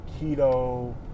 keto